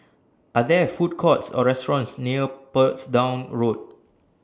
Are There Food Courts Or restaurants near Portsdown Road